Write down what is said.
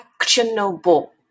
actionable